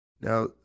Now